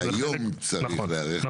והיום צריך להיערך לזה, ולא מחר.